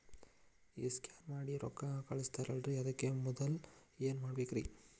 ಈ ಸ್ಕ್ಯಾನ್ ಮಾಡಿ ರೊಕ್ಕ ಕಳಸ್ತಾರಲ್ರಿ ಅದಕ್ಕೆ ಮೊದಲ ಏನ್ ಮಾಡ್ಬೇಕ್ರಿ?